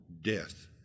death